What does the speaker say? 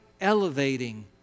Elevating